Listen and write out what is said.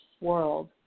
world